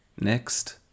next